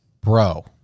Bro